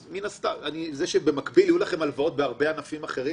זה שבמקביל יהיו לכם הלוואות בהרבה ענפים אחרים,